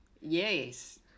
Yes